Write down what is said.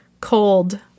cold